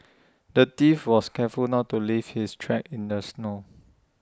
the thief was careful not to leave his tracks in the snow